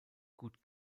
gut